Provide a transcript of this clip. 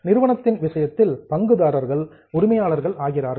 நிறுவனத்தின் விஷயத்தில் பங்குதாரர்கள் உரிமையாளர்கள் ஆகிறார்கள்